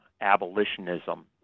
abolitionism